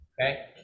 Okay